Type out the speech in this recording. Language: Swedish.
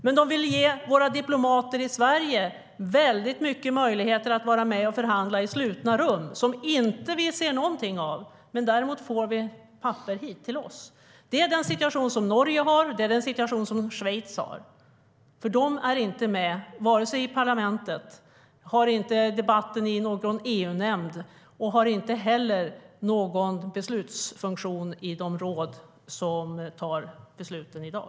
Men de vill ge våra diplomater i Sverige stora möjligheter att vara med och förhandla i slutna rum, som vi inte ser någonting av. Däremot får vi papper hit till oss. Det är den situation som Norge har och den situation som Schweiz har. De är inte med i parlamentet, de har inte debatten i någon EU-nämnd och de har inte heller någon beslutsfunktion i de råd som fattar besluten i dag.